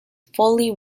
fully